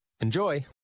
Enjoy